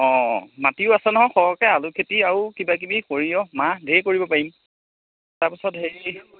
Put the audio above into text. অঁ মাটিও আছে নহয় সৰহকে আলু খেতি আৰু কিবা কিবি সৰিয়হ মাহ ধেৰ কৰিব পাৰিম তাৰপাছত হেৰি